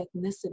ethnicity